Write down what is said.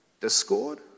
discord